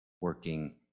working